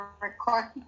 recording